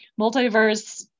multiverse